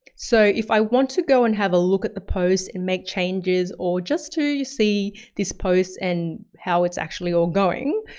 so if i want to go and have a look at the post and make changes or just to see this post and how it's actually all going,